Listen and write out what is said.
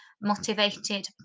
motivated